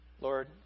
Lord